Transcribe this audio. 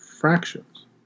fractions